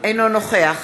אינו נוכח